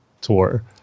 tour